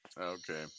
Okay